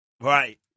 Right